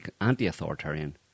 anti-authoritarian